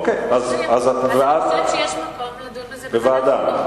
אז אני חושבת שיש מקום לדון בזה בוועדת החינוך.